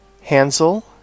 hansel